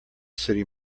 city